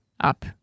up